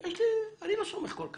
אני לא סומך כל כך.